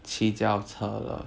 骑脚车了